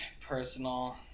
personal